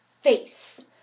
face